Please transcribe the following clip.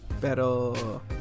Pero